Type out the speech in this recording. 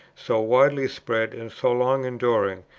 so widely spread and so long enduring,